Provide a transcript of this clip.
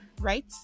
right